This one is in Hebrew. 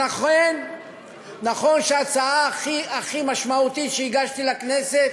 נכון שההצעה הכי הכי משמעותית שהגשתי לכנסת,